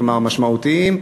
כלומר משמעותיים,